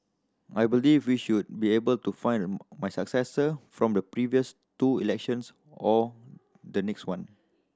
I believe we should be able to find my successor from the previous two elections or the next one